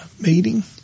meeting